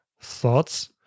thoughts